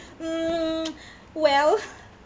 mm well